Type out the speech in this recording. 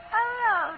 Hello